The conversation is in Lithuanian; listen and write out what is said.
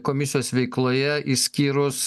komisijos veikloje išskyrus